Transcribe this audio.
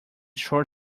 short